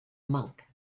monk